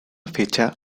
fecha